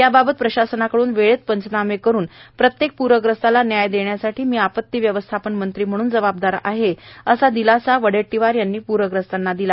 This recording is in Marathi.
याबाबत प्रशासनाकडून वेळेत पंचनामे करून प्रत्येक प्रग्रस्ताला न्याय देण्यासाठी मी आपत्ती व्यवस्थापन मंत्री म्हणून जबाबदार आहे असा दिलासा विजय वडेट्टीवार यांनी प्रग्रस्तांना दिला